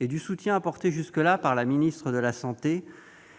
et du soutien apporté jusque-là par la ministre de la santé,